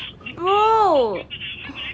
bro